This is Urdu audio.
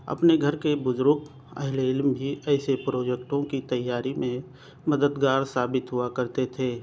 اپنے گھر کے بزرگ اہلِ علم بھی ایسے پروجیکٹوں کی تیاری میں مددگار ثابت ہوا کرتے تھے